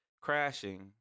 crashing